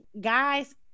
guys